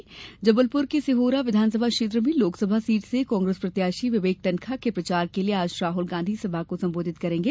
शहडोल और जबलपुर के सिहोरा विधानसभा क्षेत्र में लोकसभा सीट से कांग्रेस प्रत्याशी विवेक तन्खा के प्रचार के लिए आज राहुल गांधी सभा को संबोधित करेंगे